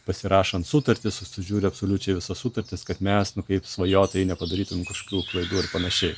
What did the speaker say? pasirašant sutartis sužiūri absoliučiai visas sutartis kad mes kaip svajotojai nepadarytumėm kažkokių klaidų ar panašiai